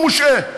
הוא מושעה,